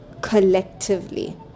collectively